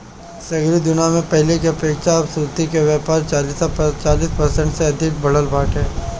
सगरी दुनिया में पहिले के अपेक्षा अब सुर्ती के व्यापार चालीस प्रतिशत से अधिका बढ़ल बाटे